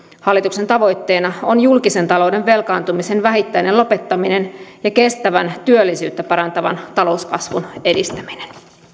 hallituksen tavoitteena on julkisen talouden velkaantumisen vähittäinen lopettaminen ja kestävän työllisyyttä parantavan talouskasvun edistäminen